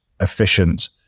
efficient